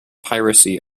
piracy